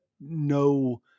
no